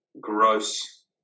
gross